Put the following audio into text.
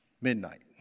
midnight